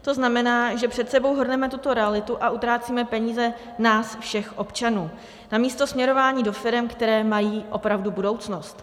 To znamená, že před sebou hrneme tuto realitu a utrácíme peníze nás všech občanů namísto směrování do firem, které mají opravdu budoucnost.